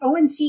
ONC